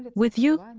with you.